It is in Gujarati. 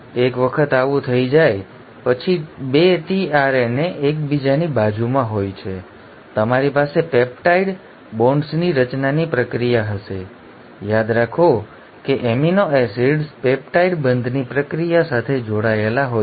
એક વખત આવું થઈ જાય પછી હવે 2 tRNA એકબીજાની બાજુમાં હોય છે તમારી પાસે પેપ્ટાઇડ બોન્ડ્સની રચનાની પ્રક્રિયા હશે યાદ રાખો કે એમિનો એસિડ્સ પેપ્ટાઇડ બંધની પ્રક્રિયા સાથે જોડાયેલા હોય છે